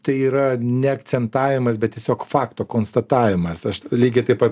tai yra ne akcentavimas bet tiesiog fakto konstatavimas aš lygiai taip pat